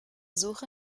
suche